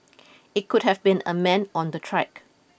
it could have been a man on the track